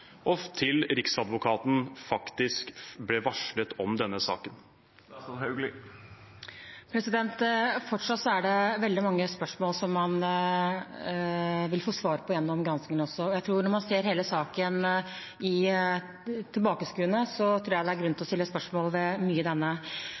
til Riksadvokaten faktisk ble varslet om denne saken. Fortsatt er det veldig mange spørsmål som man vil få svar på gjennom granskningen. Når man ser tilbakeskuende på hele saken, tror jeg det er grunn til